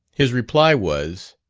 his reply was,